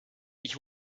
ich